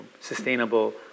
sustainable